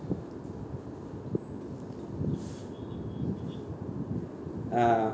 uh